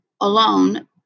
alone